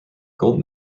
gold